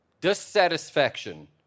dissatisfaction